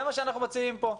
זה מה שאנחנו מציעים פה.